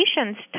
patients